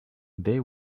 they